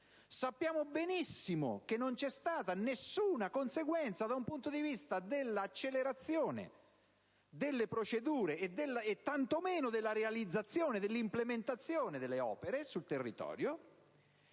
Sappiamo benissimo che non c'è stata alcuna conseguenza da un punto di vista dell'accelerazione delle procedure e tanto meno della realizzazione e dell'implementazione delle opere sul territorio.